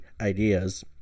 ideas